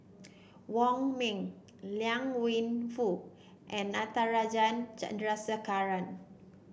Wong Ming Liang Wenfu and Natarajan Chandrasekaran